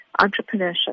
entrepreneurship